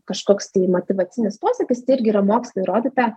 kažkoks tai motyvacinis posakis tai irgi yra mokslo įrodyta